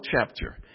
chapter